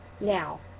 Now